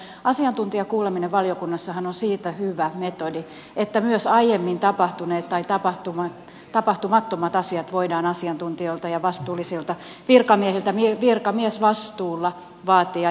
mutta asiantuntijakuuleminen valiokunnassahan on siitä hyvä metodi että myös aiemmin tapahtuneet tai tapahtumattomat asiat voidaan asiantuntijoilta ja vastuullisilta virkamiehiltä virkamiesvastuulla vaatia